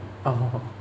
ah